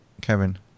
kevin